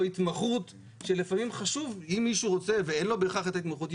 התמחות שלפעמים חשוב שאם מישהו רוצה ואין לו בהכרח את ההתמחות,